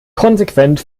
konsequent